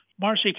Marcy